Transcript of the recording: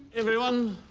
everyone.